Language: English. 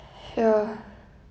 ya